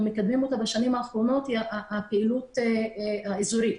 מקדמים בשנים האחרונות היא הפעילות האזורית.